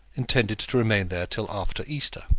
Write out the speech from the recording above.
intended to remain there till after easter.